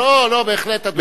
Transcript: לא, בהחלט, אדוני.